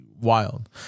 wild